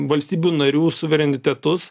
valstybių narių suverenitetus